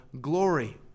glory